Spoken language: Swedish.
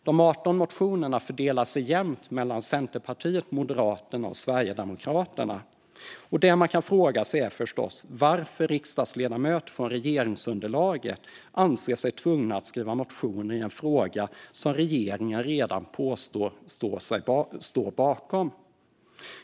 De 18 motionerna fördelar sig jämnt mellan Centerpartiet, Moderaterna och Sverigedemokraterna. Det man kan fråga sig är förstås varför riksdagsledamöter från regeringsunderlaget anser sig tvungna att skriva motioner i en fråga som regeringen redan påstår sig stå bakom.